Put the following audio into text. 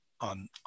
on